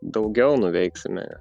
daugiau nuveiksime